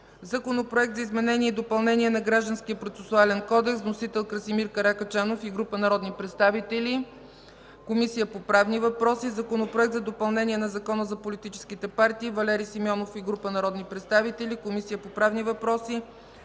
Законопроект за изменение и допълнение на Гражданския процесуален кодекс. Вносител – Красимир Каракачанов и група народни представители. Водеща е Комисията по правни въпроси. Законопроект за допълнение на Закона за политическите партии. Вносител – Валери Симеонов и група народни представители. Водеща е Комисията по правни въпроси.